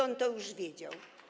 On to już wiedział.